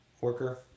worker